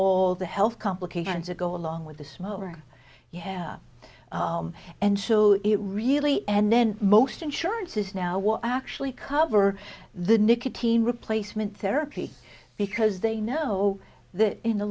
all the health complications or go along with the smoker you have and so it really and then most insurances now what actually cover the nicotine replacement therapy because they know that in the